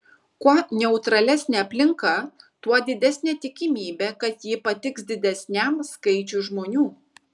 kuo neutralesnė aplinka tuo didesnė tikimybė kad ji patiks didesniam skaičiui žmonių